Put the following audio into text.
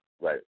Right